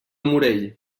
morell